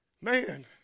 man